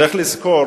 צריך לזכור